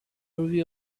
review